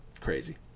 crazy